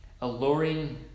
alluring